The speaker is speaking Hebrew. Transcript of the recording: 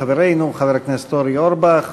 חברנו חבר הכנסת אורי אורבך,